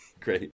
Great